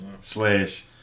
Slash